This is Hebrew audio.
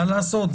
מה לעשות,